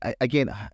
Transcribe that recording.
again